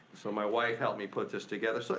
so my wife helped me put this together. so